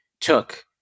took